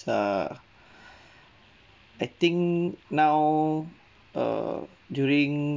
err I think now err during